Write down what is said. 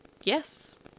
Yes